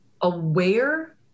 aware